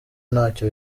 ntacyo